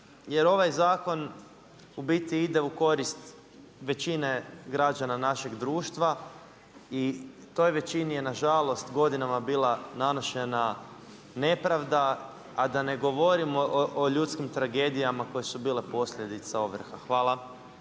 jer ovaj zakon u biti ide u korist većine građana našeg društva i toj većini je nažalost godinama bila nanošena nepravda, a da ne govorim o ljudskim tragedijama koje su bile posljedica ovrha. Hvala.